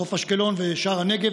חוף אשקלון ושער הנגב,